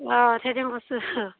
অঁ থ্ৰেডিং কৰিছোঁ